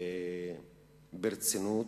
ברצינות.